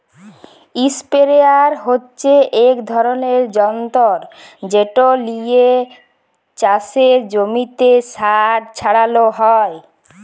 ইসপেরেয়ার হচ্যে এক ধরলের যন্তর যেট লিয়ে চাসের জমিতে সার ছড়ালো হয়